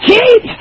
Keep